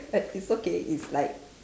but it's okay it's like